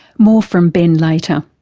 more from ben later.